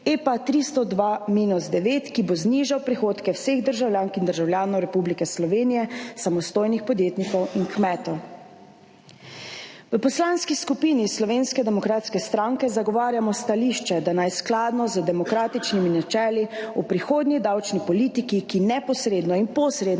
(EPA 302-9), ki bo znižal prihodke vseh državljank in državljanov Republike Slovenije, samostojnih podjetnikov in kmetov? V Poslanski skupini Slovenske demokratske stranke zagovarjamo stališče, da naj skladno z demokratičnimi načeli o prihodnji davčni politiki, ki neposredno in posredno